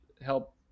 help